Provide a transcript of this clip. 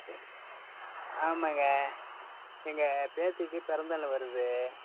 ஆமாங்க எங்கள் பேத்திக்கு பிறந்த நாள் வருது